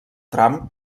tram